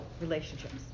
relationships